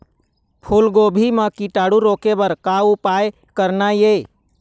फूलगोभी म कीटाणु रोके बर का उपाय करना ये?